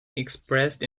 expressed